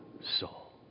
soul